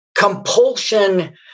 Compulsion